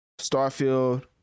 Starfield